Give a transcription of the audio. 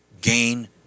gain